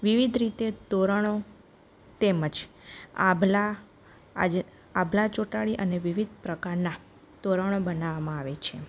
વિવિધ રીતે તોરણો તેમજ આભલાં આ જ આભલાં ચોંટાડી અને વિવિઘ પ્રકારનાં તોરણો બનાવવામાં આવે છે